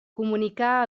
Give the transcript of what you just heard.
comunicar